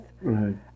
Right